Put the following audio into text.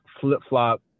flip-flop